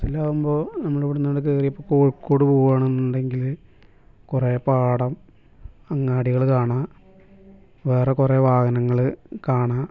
ബസ്സിലാവുമ്പോൾ നമ്മൾ ഇവിടെ നിന്ന് അവിടെ കേറിയപ്പോൾ കോഴിക്കോട് പോവുകയാണ് എന്നുണ്ടെങ്കിൽ കുറേ പാടം അങ്ങാടികൾ കാണാം വേറെ കുറേ വാഹനങ്ങൾ കാണാം